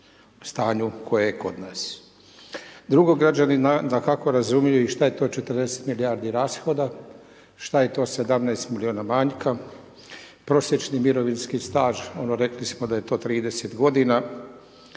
o stanju koje je kod nas. Drugo građani dakako razumiju i što je to 40 milijardi rashoda, šta je to 17 milijuna rashoda, šta je to 17 milijuna manjka, prosječni mirovinski staž, rekli smo da je to 30 g.